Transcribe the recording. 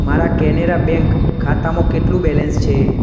મારા કેનેરા બેંક ખાતામાં કેટલું બેલેન્સ છે